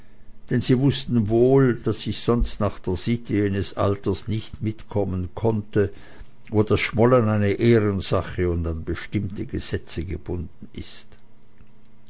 denn sie wußten wohl daß ich sonst nach der sitte jenes alters nicht mitkommen konnte wo das schmollen eine ehrensache und an bestimmte gesetze gebunden ist